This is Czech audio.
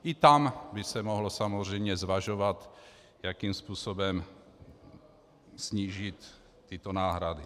I tam by se mohlo samozřejmě zvažovat, jakým způsobem snížit tyto náhrady.